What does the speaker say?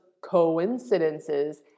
coincidences